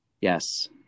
Yes